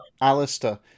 Alistair